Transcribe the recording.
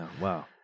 Wow